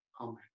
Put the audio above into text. Amen